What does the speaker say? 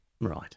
Right